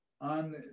on